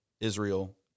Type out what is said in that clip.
Israel